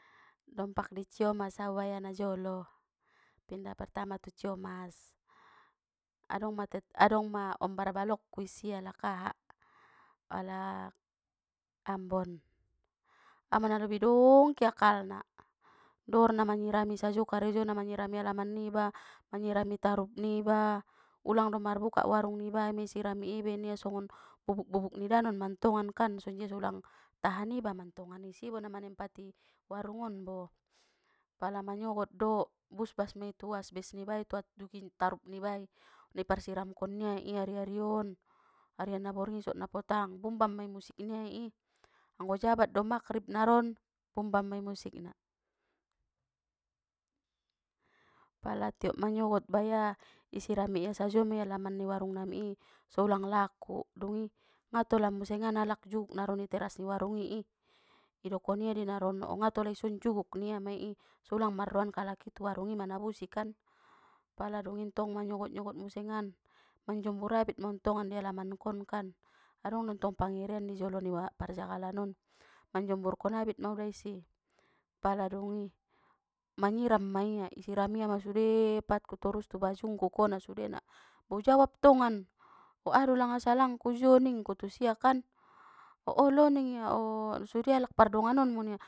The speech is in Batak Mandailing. Dompak di ciomas au baya na jolo amben na pertama tu ciomas adongma tetang, adong ma ombar balokku isi alak aha, alak, ambon ama na lobi dongki akal na dor na manyirami sajo karejona manyirami alaman niba manyirami tarup niba ulang do marbuka warung ni bai ma isirami i ben ia songon bubuk-bubuk ni danon mantongan kan sonjia so ulang tahan iba mantongan isibo na manempati, warung on bo pala manyogot do busbas mei tu asbes ni bai tu tarup ni bai na iparsiramkon nia i ari-arion arian na borngin sogot na potang bumbam mei musik niai i anggo jabat do maghrib naron bumbam mei musikna. Pala tiop manyogot baya isirami ia sajo mei alaman ni warung nami i so ulang laku dungi ngatola musengan alak juk naron i teras ni warungi i idokon ia de naron o nga tola isun juguk ningia mei i so ulang marroan kalak i tu warung i manabusi kan, pala dungintong manyogot nyogot musengan manjombur abit mauntongan i alaman kon kan adong dontong pangirean i jolo ni wa, parjagalan non manjomburkon abit mau da isi pala dungi, manyiram ma ia isiram ia ma sude pat ku torus tu bajungku kona sudena bo ujawab ntongan bo aha do langa salangku jo ningku tu sia kan olo ningia sude alak pardonganon mu ningia.